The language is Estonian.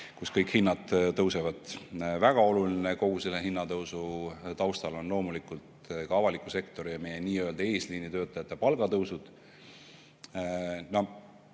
kus kõik hinnad tõusevad. Väga oluline kogu selle hinnatõusu taustal on loomulikult ka avaliku sektori ja meie nii-öelda eesliini töötajate palga tõus. Ma